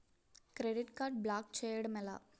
Credit card block చేయడం ఎలా?